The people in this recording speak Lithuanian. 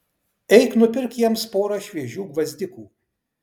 eik nupirk jiems porą šviežių gvazdikų